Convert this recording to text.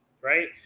right